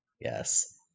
Yes